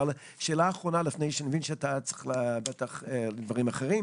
אני מבין שאתה צריך ללכת לדברים אחרים,